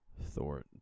Thor